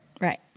right